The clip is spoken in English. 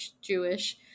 Jewish